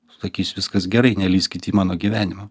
sakys viskas gerai nelįskit į mano gyvenimą